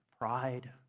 pride